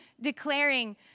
declaring